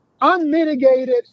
unmitigated